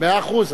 מאה אחוז,